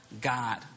God